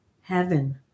heaven